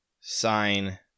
sign